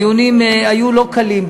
הדיונים בעניין הזה היו לא קלים,